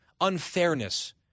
unfairness